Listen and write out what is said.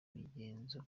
migenzo